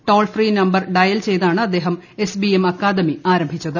toll free number dial ചെയ്താണ് അദ്ദേഹം SBM academy ആരംഭിച്ചത്